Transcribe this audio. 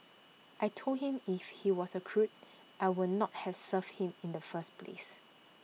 I Told him if he was A crook I would not have served him in the first place